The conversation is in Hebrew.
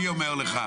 אני אומר לך.